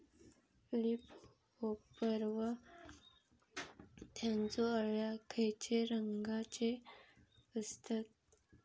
Leaf hopper व त्यानचो अळ्या खैचे रंगाचे असतत?